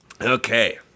Okay